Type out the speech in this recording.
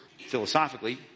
philosophically